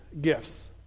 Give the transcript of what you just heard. gifts